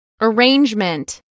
Arrangement